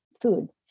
food